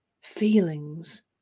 feelings